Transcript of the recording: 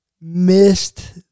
missed